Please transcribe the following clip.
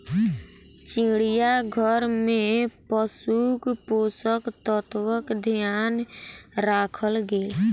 चिड़ियाघर में पशुक पोषक तत्वक ध्यान राखल गेल